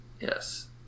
Yes